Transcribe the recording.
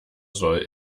soll